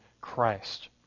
Christ